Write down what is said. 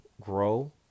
grow